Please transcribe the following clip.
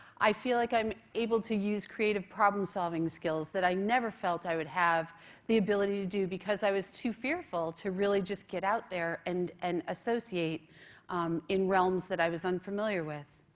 i feel like i'm able to use creative problem solving skills that i never felt i would have the ability to do because i was too fearful to really just get out there and and associate in realms that i was unfamiliar with.